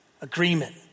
agreement